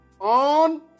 on